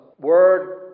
word